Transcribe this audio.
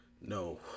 No